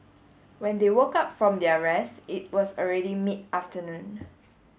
when they woke up from their rest it was already mid afternoon